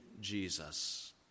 Jesus